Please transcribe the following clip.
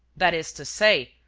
that is to say,